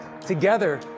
Together